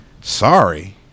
Sorry